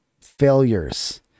failures